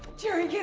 jerry, get